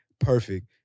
perfect